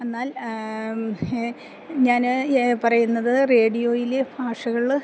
എന്നാൽ ഞാന് പറയുന്നത് റേഡിയോയില് ഭാഷകള്